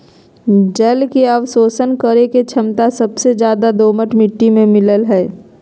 जल के अवशोषण करे के छमता सबसे ज्यादे दोमट मिट्टी में मिलय हई